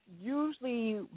usually